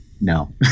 no